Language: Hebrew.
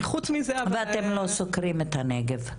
חוץ מזה --- ואתם לא סוקרים את הנגב,